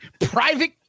Private